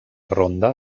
ronda